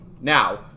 Now